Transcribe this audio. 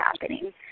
happening